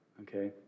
okay